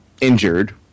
injured